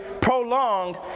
prolonged